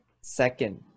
second